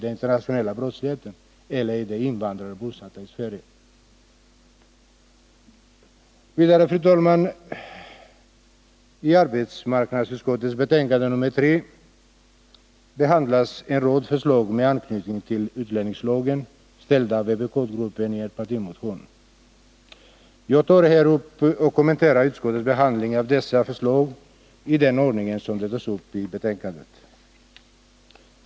”den internationella brottsligheten”, eller är det invandrare bosatta i Sverige? Fru talman! I arbetsmarknadsutskottets betänkande nr 3 behandlas en rad förslag med anknytning till utlänningslagen, framställda av vpk-gruppen i en partimotion. Jag tar här upp och kommenterar utskottets behandling av dessa förslag i den ordning som de tas upp i betänkandet.